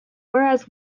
whereas